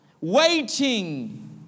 Waiting